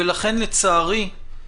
ולכן לצערי,